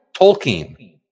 tolkien